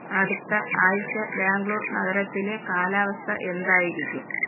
അടുത്ത ആഴ്ച ബാംഗ്ലൂർ നഗരത്തിലെ കാലാവസ്ഥ എന്തായിരിക്കും